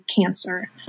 cancer